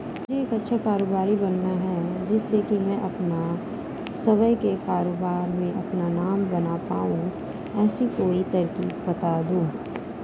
मुझे एक अच्छा कारोबारी बनना है जिससे कि मैं अपना स्वयं के कारोबार में अपना नाम बना पाऊं ऐसी कोई तरकीब पता दो?